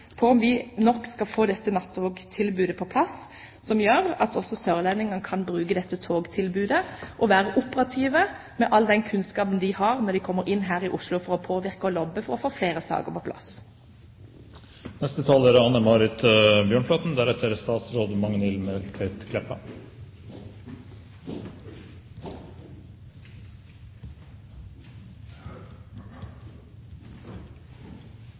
på om vi skal få dette nattogtilbudet på plass, som gjør at også sørlendingene kan bruke dette togtilbudet og være operative med all den kunnskapen de har, når de kommer inn hit til Oslo for å påvirke og lobbe for å få flere saker på plass.